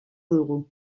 dugu